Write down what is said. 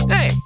Hey